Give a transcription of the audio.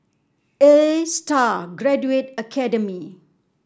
A Star Graduate Academy